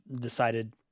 decided